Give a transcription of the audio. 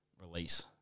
release